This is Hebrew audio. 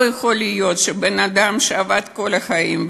לא יכול להיות שבן-אדם שעבד כל החיים,